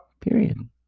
Period